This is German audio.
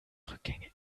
rückgängig